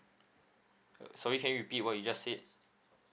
sorry can you repeat what you just said